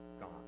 gone